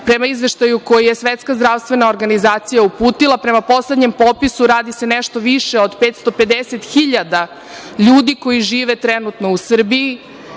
prema izveštaju koji je Svetska zdravstvena organizacija uputila. Prema poslednjem popisu, radi se o nešto više od 550.000 ljudi koji žive trenutno u Srbiji. Pitanje